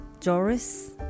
Joris